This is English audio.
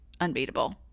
unbeatable